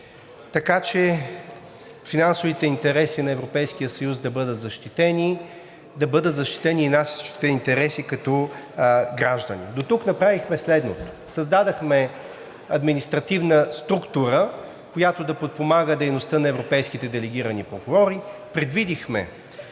така че финансовите интереси на Европейския съюз да бъдат защитени, да бъдат защитени и нашите интереси като граждани. И тук направихме следното: създадохме административна структура, която да подпомага дейността на европейските делегирани прокурори, предвидихме